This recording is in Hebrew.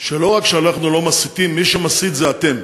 שלא רק שאנחנו לא מסיתים, מי שמסית זה אתם,